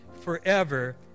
forever